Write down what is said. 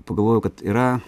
pagalvojau kad yra